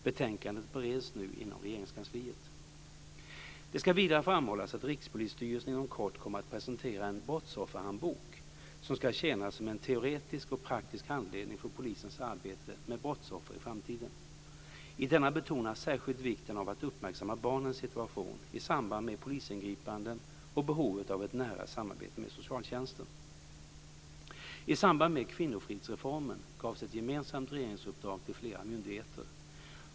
Betänkandet bereds nu inom Regeringskansliet. Det ska vidare framhållas att Rikspolisstyrelsen inom kort kommer att presentera en "brottsofferhandbok", som ska tjäna som en teoretisk och praktisk handledning för polisens arbete med brottsoffer i framtiden. I denna betonas särskilt vikten av att uppmärksamma barnens situation i samband med polisingripanden och behovet av ett nära samarbete med socialtjänsten. I samband med kvinnofridsreformen gavs ett gemensamt regeringsuppdrag till flera myndigheter.